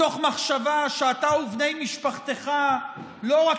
מתוך מחשבה שאתה ובני משפחתך לא רק